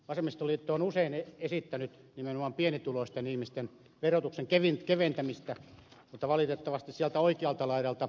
vasemmistoliitto on usein esittänyt nimenomaan pienituloisten ihmisten verotuksen keventämistä mutta valitettavasti sieltä oikealta laidalta ed